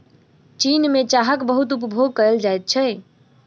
चीन में चाहक बहुत उपभोग कएल जाइत छै